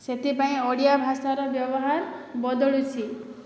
ସେଥିପାଇଁ ପାଇଁ ଓଡ଼ିଆ ଭାଷାର ବ୍ୟବହାର ବଦଳୁଛି